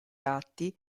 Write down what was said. atti